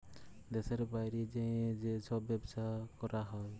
দ্যাশের বাইরে যাঁয়ে যে ছব ব্যবছা ক্যরা হ্যয়